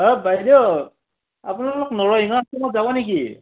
অ' বাইদেউ আপোনালোক নৰসিংহ আশ্ৰমত যাব নেকি